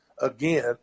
again